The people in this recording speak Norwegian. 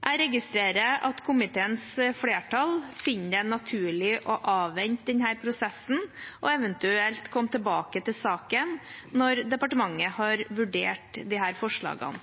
Jeg registrerer at komiteens flertall finner det naturlig å avvente denne prosessen, og eventuelt komme tilbake til saken når departementet har vurdert disse forslagene.